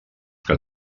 que